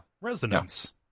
resonance